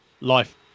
life